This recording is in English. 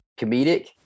comedic